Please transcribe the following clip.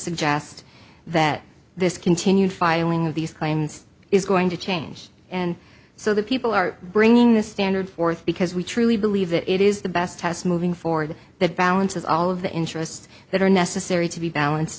suggest that this continued filing of these claims is going to change and so the people are bringing this standard forth because we truly believe that it is the best test moving forward that balances all of the interests that are necessary to be balanced